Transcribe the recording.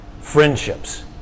friendships